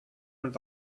und